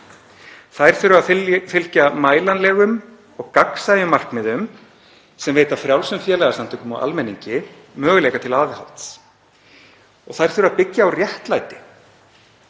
Þær þurfa að fylgja mælanlegum og gagnsæjum markmiðum sem veita frjálsum félagasamtökum og almenningi möguleika til aðhalds. Þær þurfa að byggja á réttlæti.